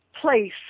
place